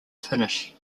finnish